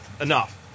enough